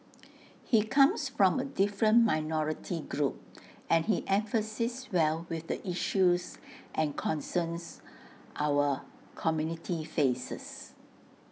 he comes from A different minority group and he empathises well with the issues and concerns our community faces